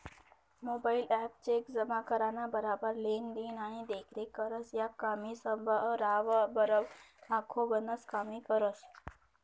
mobile app check जमा कराना बराबर लेन देन आणि देखरेख करस, या कामेसबराबर आखो गनच कामे करस